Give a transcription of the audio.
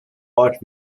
ort